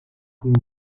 group